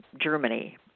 Germany